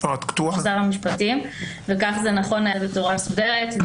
--- שר המשפטים וכך זה נכון לנהל את זה בצורה מסודרת.